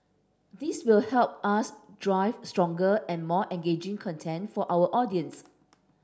this will help us drive stronger and more engaging content for our audiences